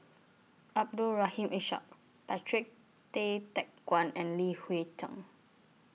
Abdul Rahim Ishak Patrick Tay Teck Guan and Li Hui Cheng